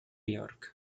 york